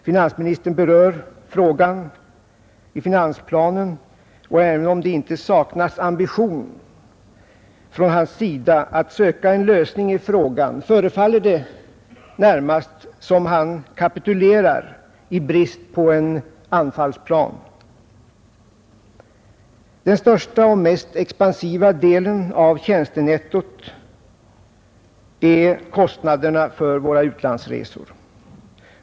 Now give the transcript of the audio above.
Finansministern berör frågan i finansplanen, och även om det inte saknas ambition från hans sida att söka en lösning i frågan, förefaller det närmast som om han kapitulerar i brist på en anfallsplan. En av de främsta negativa faktorerna i utfallet av tjänstenettot är kostnaderna för våra utlandsresor.